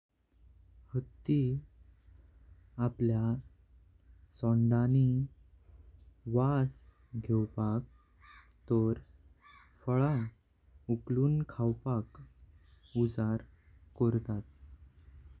हाथी आपल्या सोंडानी वास घेवपाक तोर फळा उकळून खावपाक उज वर करता।